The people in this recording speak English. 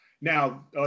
Now